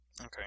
Okay